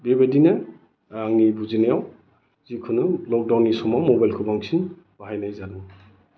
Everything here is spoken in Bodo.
बेबायदिनो आंनि बुजिनायाव जिखुनु लकडाउननि समाव मबाइलखौ बांसिन बाहायनाय जादों